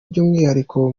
by’umwihariko